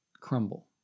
crumble